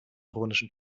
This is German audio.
ironischen